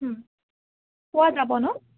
পোৱা যাব ন